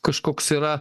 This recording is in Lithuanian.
kažkoks yra